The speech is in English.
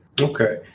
Okay